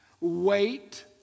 wait